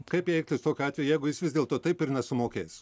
kaip elgtis tokiu atveju jeigu jis vis dėlto taip ir nesumokės